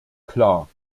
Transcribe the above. klar